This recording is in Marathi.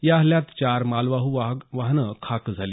या हल्ल्यात चार माहवाहू वाहन खाक झाली